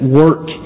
work